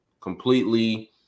completely